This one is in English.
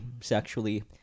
sexually